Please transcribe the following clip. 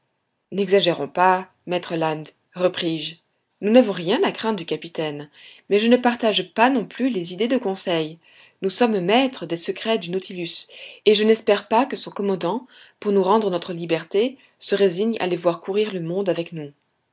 n'exagérons pas maître land repris-je nous n'avons rien à craindre du capitaine mais je ne partage pas non plus les idées de conseil nous sommes maîtres des secrets du nautilus et je n'espère pas que son commandant pour nous rendre notre liberté se résigne à les voir courir le monde avec nous